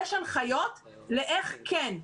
יש הנחיות איך כן,